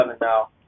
now